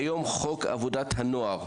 כיום חוק עבודת הנוער,